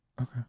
Okay